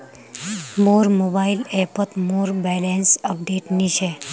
मोर मोबाइल ऐपोत मोर बैलेंस अपडेट नि छे